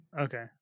Okay